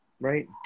Right